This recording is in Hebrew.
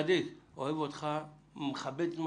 צדיק, אוהב אותך ומכבד, אבל